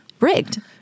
rigged